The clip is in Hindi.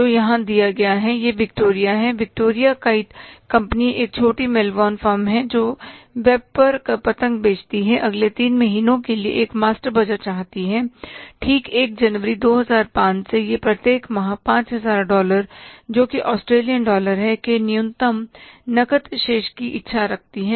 तो यहां जो दिया गया है वह विक्टोरिया है विक्टोरिया काइट कंपनी एक छोटी मेलबोर्न फर्म है जो वेब पर पतंग बेचती है अगले तीन महीनों के लिए एक मास्टर बजट चाहती है ठीक 1 जनवरी 2005 से यह प्रत्येक माह 5000 डॉलर जोकि ऑस्ट्रेलियन डॉलर है के न्यूनतम नकद शेष की इच्छा रखती है